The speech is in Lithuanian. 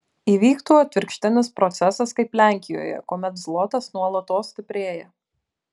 įvyktų atvirkštinis procesas kaip lenkijoje kuomet zlotas nuolatos stiprėja